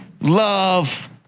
love